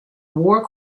war